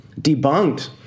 debunked